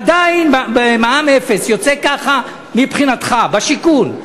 עדיין, במע"מ אפס יוצא ככה מבחינתך, בשיקול.